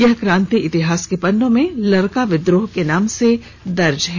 यह कांति इतिहास के पन्नों में लरका विद्रोह के नाम से दर्ज है